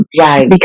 Right